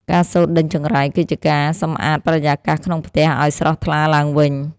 ការសូត្រដេញចង្រៃ គឺជាការសម្អាតបរិយាកាសក្នុងផ្ទះឱ្យស្រស់ថ្លាឡើងវិញ។